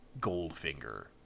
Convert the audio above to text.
Goldfinger